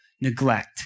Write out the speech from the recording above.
neglect